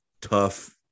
tough